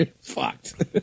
Fucked